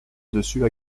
dessus